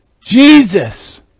Jesus